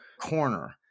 corner